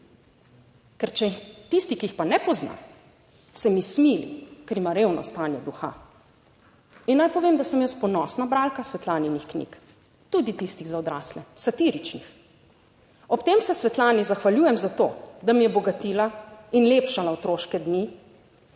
bile. Tisti, ki jih pa ne pozna, se mi smili, ker ima revno stanje duha. In naj povem, da sem jaz ponosna bralka Svetlaninih knjig, tudi tistih za odrasle, satiričnih. Ob tem se Svetlani zahvaljujem za to, da mi je bogatila in lepšala otroške dni.